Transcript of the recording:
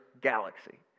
galaxy